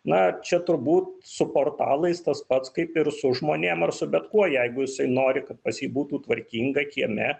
na čia turbūt su portalais tas pats kaip ir su žmonėm ar su bet kuo jeigu jisai nori kad pas jį būtų tvarkinga kieme